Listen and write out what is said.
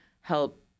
help